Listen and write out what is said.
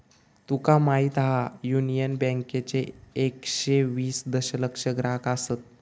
तुका माहीत हा, युनियन बँकेचे एकशे वीस दशलक्ष ग्राहक आसत